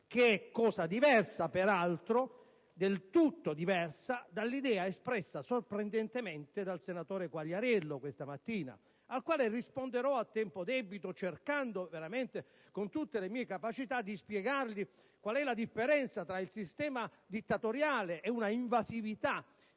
che è cosa diversa peraltro - del tutto diversa - dall'idea espressa sorprendentemente dal senatore Quagliariello questa mattina, al quale risponderò a tempo debito cercando veramente, con tutte le mie capacità, di spiegargli qual è la differenza tra il sistema dittatoriale e una invasività